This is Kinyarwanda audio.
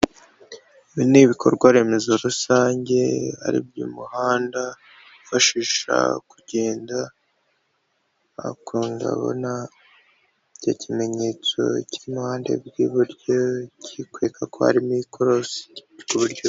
Ibi ni ibikorwa remezo rusange aribyo umuhanda twifashisha mu kugenda, ariko ndabona icyo kimenyetso cy'uruhande rw'iburyo kikwereka ko ikorosi.